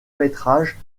métrage